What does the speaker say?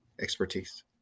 expertise